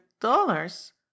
dollars